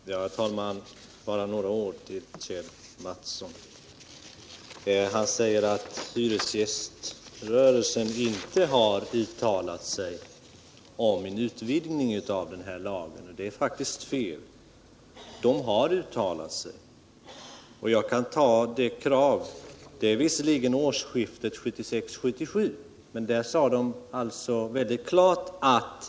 Herr talman! Jag vill bara säga några ord i anslutning till Kjell Mattssons inlägg. Kjell Mattsson säger att hyresgäströrelsen inte har uttalat sig i frågan om en utvidgning av den här lagen, men det är faktiskt felaktigt. Hyresgäströrelsen har uttalat sig. De krav i den riktningen som framfördes härrör visserligen från årsskiftet 1966-1967, men då sade man mycket klart ifrån på den här punkten.